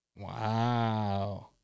Wow